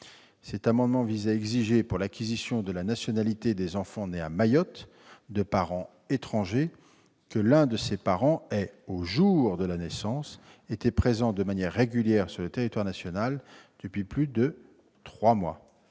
Il est prévu d'exiger, pour l'acquisition de la nationalité des enfants nés à Mayotte de parents étrangers, que l'un des parents ait été présent de manière régulière sur le territoire national depuis plus de trois mois